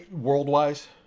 World-wise